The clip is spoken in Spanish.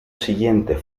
siguiente